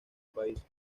país